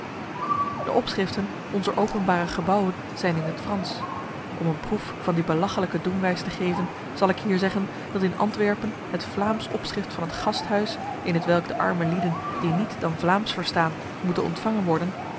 de opschriften onzer openbare gebouwen zijn in het frans om een proef van die belachelijke doenwijs te geven zal ik hier zeggen dat in antwerpen het vlaams opschrift van het gasthuis in hetwelk de arme lieden die niet dan vlaams verstaan moeten ontvangen worden